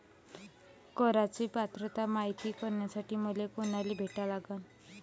कराच पात्रता मायती करासाठी मले कोनाले भेटा लागन?